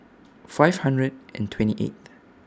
five hundred and twenty eighth